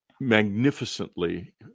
magnificently